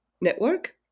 Network